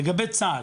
לגבי צה"ל,